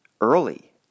early